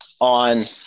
on